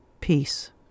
Peace